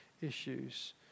issues